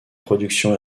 production